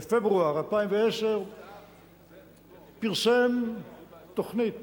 בפברואר 2010 פרסם תוכנית